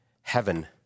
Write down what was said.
Heaven